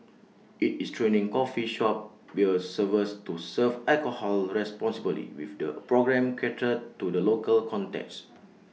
IT is training coffee shop beer servers to serve alcohol responsibly with the programme catered to the local context